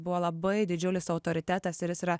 buvo labai didžiulis autoritetas ir jis yra